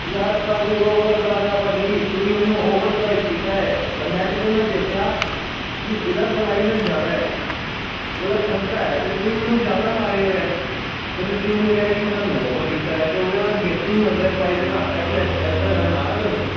ਯਾਰ ਭਾਅ ਜੀ ਔਫਰ ਕਾਹਦਾ ਭਾਜੀ ਤੁਸੀਂ ਮੈਨੂੰ ਓਵਰਪ੍ਰਾਈਜ਼ ਕੀਤਾ ਹੈ ਨੈੱਟ 'ਤੇ ਮੈਂ ਦੇਖਿਆ ਕਿ ਇਹਦਾ ਪ੍ਰਾਈਜ ਜ਼ਿਆਦਾ ਹੈ ਮਤਲਬ ਸਸਤਾ ਹੈ ਅਤੇ ਤੁਸੀਂ ਮੈਨੂੰ ਜ਼ਿਆਦਾ ਲਾ ਰਹੇ ਹੋ ਯਾਰ ਅਤੇ ਵੀ ਤੁਸੀਂ ਮੈਨੂੰ ਕਹਿ ਰਹੇ ਕਿ ਮੈਂ ਤੁਹਾਨੂੰ ਔਫਰ ਦਿੱਤਾ ਹੈ ਅਤੇ ਉਹਦੇ ਨਾਲ ਗਿਫਟ ਵੀ ਮਿਲ ਰਿਹਾ ਪ੍ਰਾਈਜ ਘੱਟ ਹੈ ਫਿਰ ਏਦ ਇੱਦਾਂ ਨਾ ਨਾ ਕਰੋ ਤੁਸੀਂ